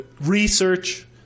research